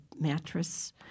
mattress